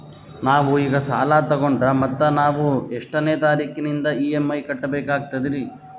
ನಾವು ಈಗ ಸಾಲ ತೊಗೊಂಡ್ರ ಮತ್ತ ನಾವು ಎಷ್ಟನೆ ತಾರೀಖಿಲಿಂದ ಇ.ಎಂ.ಐ ಕಟ್ಬಕಾಗ್ತದ್ರೀ?